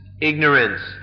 ignorance